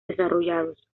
desarrollados